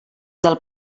del